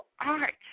art